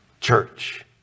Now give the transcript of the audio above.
church